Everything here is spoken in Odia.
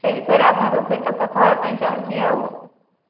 ସେଇ ବିଷୟରେ ଆପଣଙ୍କ ସହିତ କଥା ହେବା ପାଇଁ ଚାହୁଁଛି ଆଉ